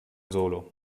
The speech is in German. solo